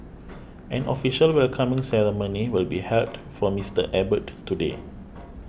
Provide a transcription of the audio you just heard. an official welcoming ceremony will be held for Mister Abbott today